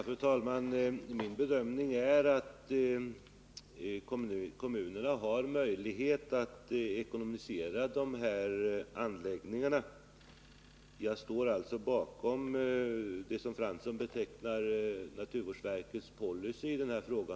Fru talman! Min bedömning är att kommunerna har möjlighet att finansiera de här anläggningarna. Jag står alltså bakom det som Jan Fransson betecknar som naturvårdsverkets policy i denna fråga.